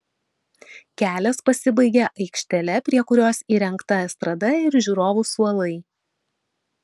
kelias pasibaigia aikštele prie kurios įrengta estrada ir žiūrovų suolai